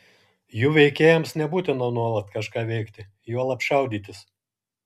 jų veikėjams nebūtina nuolat kažką veikti juolab šaudytis